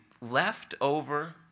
leftover